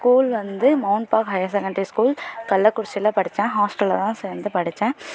school வந்து மோன்பா higher secondary school கள்ளக்குறிச்சியில் படித்தேன் ஹாஸ்டலில் தான் சேர்ந்து படித்தேன்